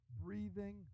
breathing